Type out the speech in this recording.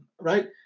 right